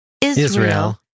Israel